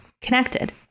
connected